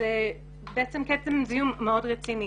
זה בעצם כתם זיהום מאוד רציני.